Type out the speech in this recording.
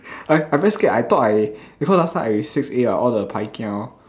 I I very scared I thought I because last time I six-a oh all the pai-kia